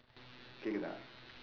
கேட்குதா:keetkuthaa